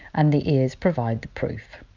and the ears provide the proof.